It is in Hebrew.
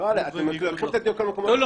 תנו לו